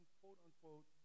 quote-unquote